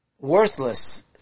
worthless